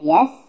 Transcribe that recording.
Yes